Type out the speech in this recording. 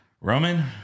Roman